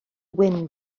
wyn